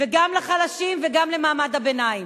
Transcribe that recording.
וגם לחלשים וגם למעמד הביניים.